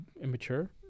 immature